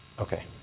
okay.